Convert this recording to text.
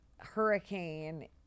hurricane